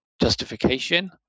justification